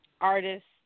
artists